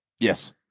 Yes